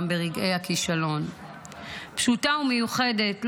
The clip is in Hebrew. גם ברגעי כישלון / פשוטה ומיוחדת,